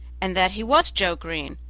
and that he was joe green,